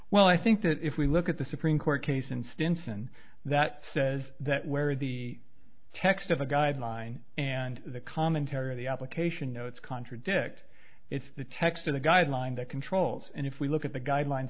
well i think that if we look at the supreme court case in stinson that says that where the text of the guideline and the commentary or the application notes contradict it's the text of the guideline that controls and if we look at the guidelines